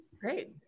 Great